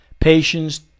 patience